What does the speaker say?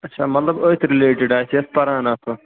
اچھا مطلب أتھۍ رِلیٹِڈ آسہِ یَتھ پَران آسو